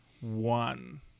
one